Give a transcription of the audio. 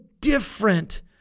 different